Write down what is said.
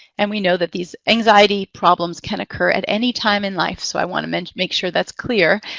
and we know that these anxiety problems can occur at any time in life, so i want um and to make sure that's clear.